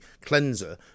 cleanser